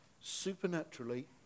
supernaturally